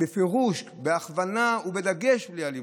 בפירוש, בהכוונה ובדגש בלי אלימות,